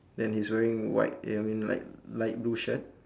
then he's wearing white yeah I mean like light blue shirt